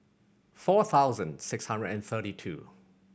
four thousand six hundred and thirty two